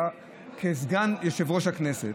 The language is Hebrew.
אתה כסגן יושב-ראש הכנסת,